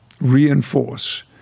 reinforce